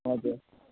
हजुर